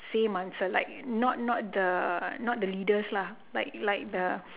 same answer like not not the not the leaders lah like like the